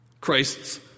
Christ's